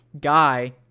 guy